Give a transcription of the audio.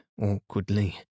awkwardly